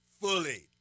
fully